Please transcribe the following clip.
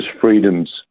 Freedoms